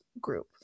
group